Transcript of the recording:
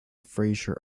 fraser